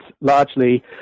largely